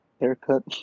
haircut